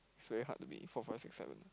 it's very hard to be four five six seven